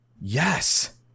Yes